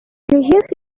кӗҫех